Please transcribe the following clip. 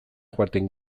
joaten